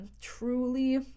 truly